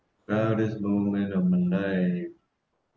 well this moment I'm